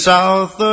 South